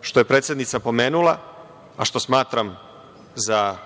što je predsednica pomenula, a što smatram za